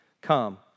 come